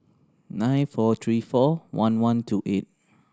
nine four three four one one two eight